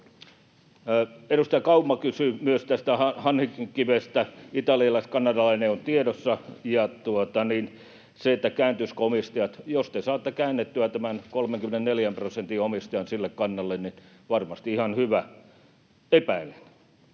Edustaja Kauma kysyi myös tästä Hanhikivestä. Italialais-kanadalainen konsortio on tiedossa. Kääntyisivätkö omistajat? Jos te saatte käännettyä tämän 34 prosentin omistajan sille kannalle, niin varmasti ihan hyvä — epäilen.